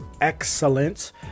excellent